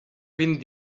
vint